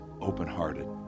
open-hearted